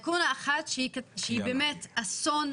לקונה אחת שהיא באמת אסון,